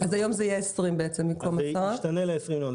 היום נשנה זאת ל-20 מיליוני שקלים.